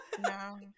No